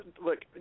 look